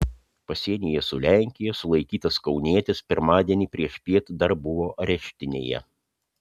pasienyje su lenkija sulaikytas kaunietis pirmadienį priešpiet dar buvo areštinėje